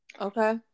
Okay